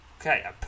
Okay